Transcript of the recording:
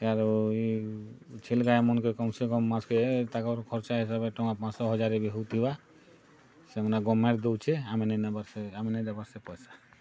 ଆରୁ ଏ ଛେଲ୍ ଗାଈ ମାନ୍ କେ କମ୍ ସେ କମ୍ ମାସ୍ କେ ତାକର୍ ଖର୍ଚ୍ଚ ହିସାବେ ଟଙ୍କା ପାଞ୍ଚ ହଜାର ବି ହଉଥିବା ସେମାନେ ଗଭର୍ଣ୍ଣମେଣ୍ଟ୍ ଦଉଛେ ଆମେ ନେଇ ନବା ସେ ଆମେ ନେଇ ଦେବା ସେ ପଇସା